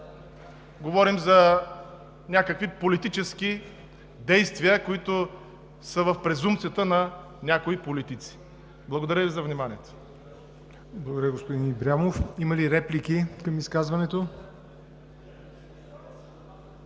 говорим за някакви политически действия, които са в презумпцията на някои политици. Благодаря Ви за вниманието.